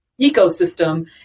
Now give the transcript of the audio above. ecosystem